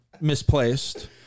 misplaced